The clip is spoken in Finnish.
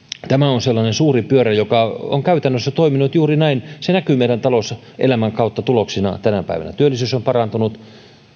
tämä on sellainen suuri pyörä joka on käytännössä toiminut juuri näin se näkyy meidän talouselämän kautta tuloksina tänä päivänä työllisyys on parantunut